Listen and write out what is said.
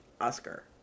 Oscar